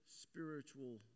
spiritual